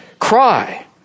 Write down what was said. cry